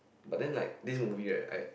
but then like this movie right I